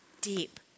deep